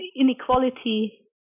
inequality